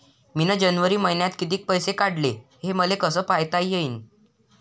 मिन जनवरी मईन्यात कितीक पैसे काढले, हे मले कस पायता येईन?